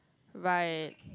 right